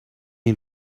این